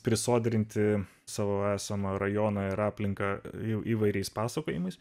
prisodrinti savo esamą rajoną ir aplinką įvairiais pasakojimais